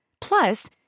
Plus